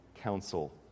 council